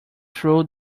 through